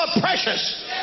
precious